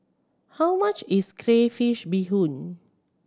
how much is crayfish beehoon